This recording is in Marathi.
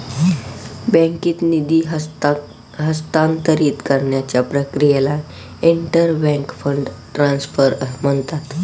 बँकेत निधी हस्तांतरित करण्याच्या प्रक्रियेला इंटर बँक फंड ट्रान्सफर म्हणतात